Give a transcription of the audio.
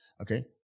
Okay